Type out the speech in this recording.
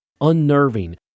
unnerving